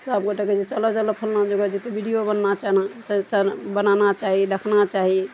सब गोटे कहय छै चलऽ चलऽ फल्लाँ जगह छै तऽ वीडियो बनना छै एना बनाना चाही देखना चाही